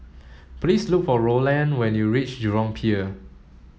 please look for Roland when you reach Jurong Pier